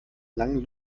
langen